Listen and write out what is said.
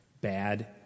bad